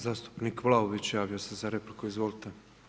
Zastupnik Vlaović javio se za repliku, izvolite.